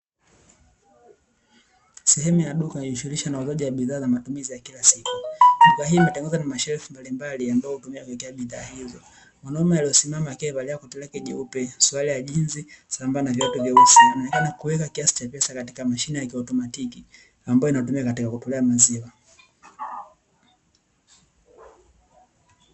Sehemu ya duka inayojishugulisha na uuzaji wa bidhaa za matumizi ya kila siku bidhaa hii imetengenezwa na mashelufu mbalimbali ambazo hutumika kuwekea bidhaa hizo, mwanaume aliyesimama akiwa amevalia koti yake jeupe suruari ya jinsi, sambamba na viatu vyausi anaonekana kuweka kiasi cha pesa katika mashine ya kiatomatiki ambayo inatumia katika kutolea maziwa.